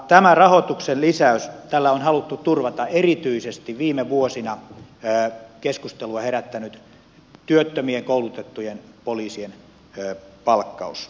tällä rahoituksen lisäyksellä on haluttu turvata erityisesti viime vuosina keskustelua herättänyt työttömien koulutettujen poliisien palkkaus